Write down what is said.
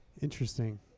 Interesting